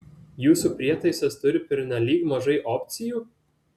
jūsų prietaisas turi pernelyg mažai opcijų